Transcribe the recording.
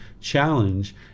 challenge